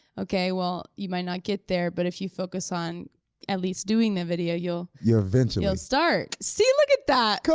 okay, well, you might not get there, but if you focus on at least doing the video, you'll you'll ah start. see, look at that!